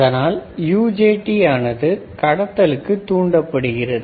அதனால் UJT ஆனது கடத்தலுக்கு தூண்டப்படுகிறது